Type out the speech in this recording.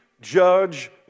judge